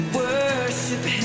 worship